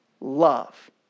love